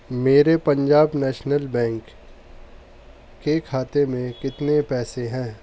میرے Punjab national bank کے کھاتے میں کتنے پیسے ہیں